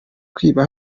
kwiba